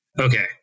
okay